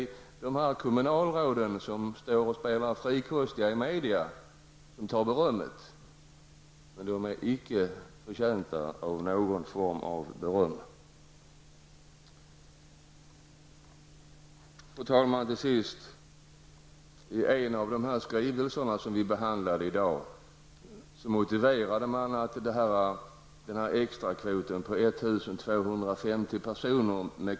Däremot har vi ibland en invandringspolitik som är något förvånansvärd.